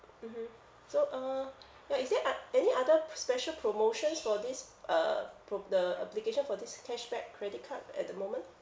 mmhmm so uh ya is there ot~ any other special promotions for this uh prob~ the application for this cashback credit card at the moment